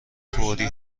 فوری